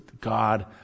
god